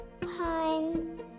pine